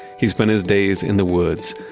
he spent his days in the woods,